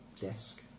desk